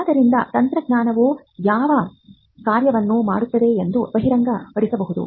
ಆದ್ದರಿಂದ ತಂತ್ರಜ್ಞಾನವು ಯಾವ ಕಾರ್ಯವನ್ನು ಮಾಡುತ್ತದೆ ಎಂದು ಬಹಿರಂಗಪಡಿಸಬಹುದು